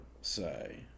say